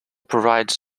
provides